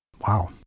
Wow